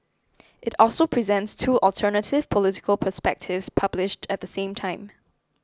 it also presents two alternative political perspectives published at the time